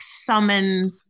summon